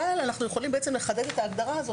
אבל אנחנו יכולים לחדד את ההגדרה הזו